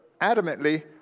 adamantly